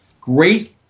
Great